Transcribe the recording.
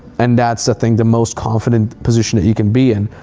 and that's the thing, the most confident position that you can be in.